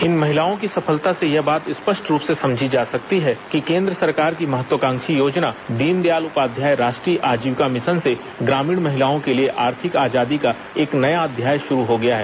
इन महिलाओं की सफलता से यह बात स्पष्ट रूप से समझी जा सकती है कि केन्द्र सरकार की महत्वाकांक्षी योजना दीनदयाल उपाध्याय राष्ट्रीय आजीविका मिशन से ग्रामीण महिलाओं के लिए आर्थिक आजादी का एक नया अध्याय शुरू हो गया है